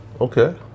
Okay